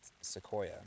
Sequoia